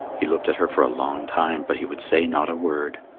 he looked at her for a long time, but he would say not a word.